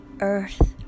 earth